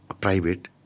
private